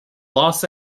los